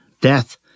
death